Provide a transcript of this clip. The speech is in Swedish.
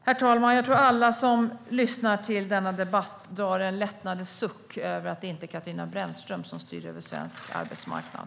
Jag tror att alla som lyssnar till denna debatt drar en lättnadens suck över att det inte är Katarina Brännström som styr över svensk arbetsmarknad.